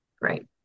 great